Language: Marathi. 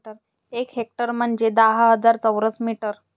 एक हेक्टर म्हंजे दहा हजार चौरस मीटर